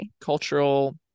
cultural